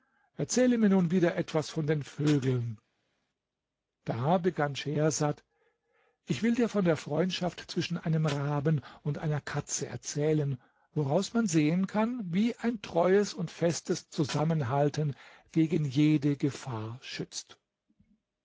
erzähle mir nun wieder etwas von den vögeln da begann schehersad ich will dir von der freundschaft zwischen einem raben und einer katze erzählen woraus man sehen kann wie ein treues und festes zusammenhalten gegen jede gefahr schützt